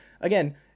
again